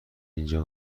اینجا